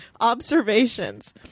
Observations